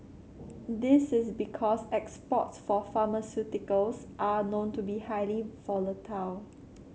this is because exports for pharmaceuticals are known to be highly volatile